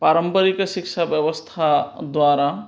पारम्परिकशिक्षाव्यवस्थाद्वारा